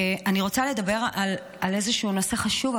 אני רוצה לדבר על איזשהו נושא חשוב,